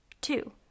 two